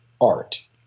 art